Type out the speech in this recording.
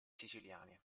siciliani